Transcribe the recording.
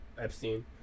Epstein